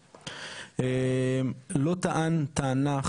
מסיבה מאוד פשוטה היא חרוצה פרלמנטרית,